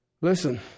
Listen